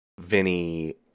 Vinny